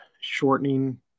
shortening –